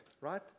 Right